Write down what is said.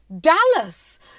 Dallas